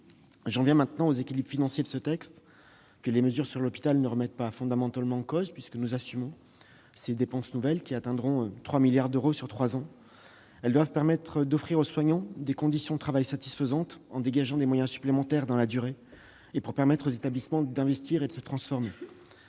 J'en viens maintenant aux équilibres financiers de ce texte que les mesures sur l'hôpital ne remettent pas fondamentalement en cause, puisque nous assumons des dépenses nouvelles de 3 milliards d'euros sur trois ans. Celles-ci doivent permettre d'offrir aux soignants des conditions de travail satisfaisantes en dégageant des moyens supplémentaires dans la durée. Elles permettront également aux établissements d'investir et de se transformer.